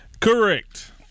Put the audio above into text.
Correct